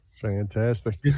Fantastic